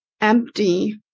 empty